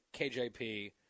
KJP